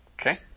Okay